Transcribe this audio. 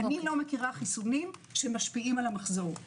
אני לא מכירה חיסונים שמשפיעים על המחזור.